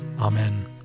Amen